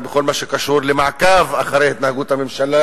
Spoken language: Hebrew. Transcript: בכל מה שקשור למעקב אחרי התנהגות הממשלה